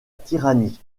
tyrannie